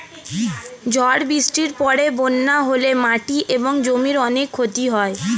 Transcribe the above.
ঝড় বৃষ্টির পরে বন্যা হলে মাটি এবং জমির অনেক ক্ষতি হয়